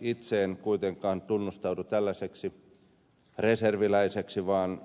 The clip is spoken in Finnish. itse en kuitenkaan tunnustaudu tällaiseksi reserviläiseksi vaan